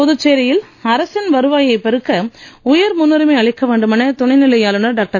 புதுச்சேரியில் அரசின் வருவாயைப் பெருக்க உயர் முன்னுரிமை அளிக்க வேண்டுமென துணைநிலை ஆளுனர் டாக்டர்